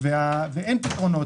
- ואין פתרונות.